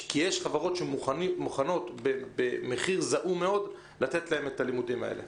כי יש חברות שמוכנות במחיר זעום מאוד לתת להם את הלימודים האלה.